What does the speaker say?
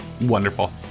Wonderful